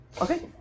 Okay